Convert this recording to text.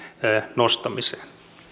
nostamiseen